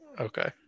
Okay